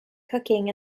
cooking